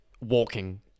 walking